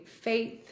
faith